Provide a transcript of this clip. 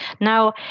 Now